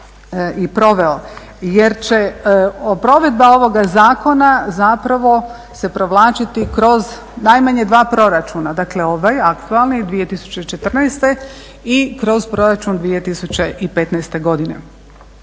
Jer će provedba ovog zakona zapravo se provlačiti kroz najmanje dva proračuna, dakle ovaj aktualni 2014.i kroz proračun 2015.godine.